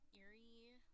eerie